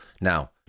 Now